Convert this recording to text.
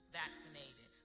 vaccinated